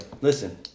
Listen